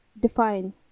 define